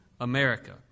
America